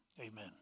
Amen